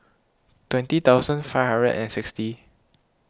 twenty thousand five hundred and sixty